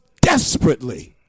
desperately